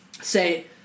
say